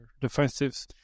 defensive